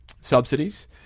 subsidies